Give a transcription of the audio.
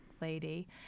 lady